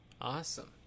Awesome